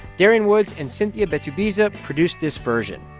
darian woods and cynthia betubiza produced this version.